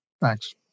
Thanks